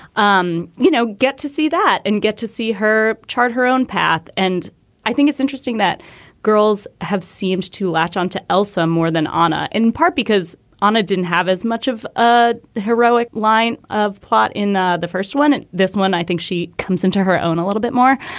um you know, get to see that and get to see her chart her own path. and i think it's interesting that girls have seemed to latch on to elsa more than honor, in part because on a didn't have as much of a heroic line of plot in the the first one. this one, i think she comes into her own a little bit more,